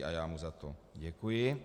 A já mu za to děkuji.